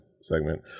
segment